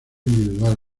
individual